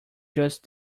just